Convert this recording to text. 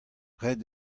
ret